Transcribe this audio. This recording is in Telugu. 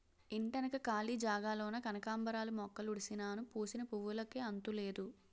ఇంటెనక కాళీ జాగాలోన కనకాంబరాలు మొక్కలుడిసినాను పూసిన పువ్వులుకి అంతులేదు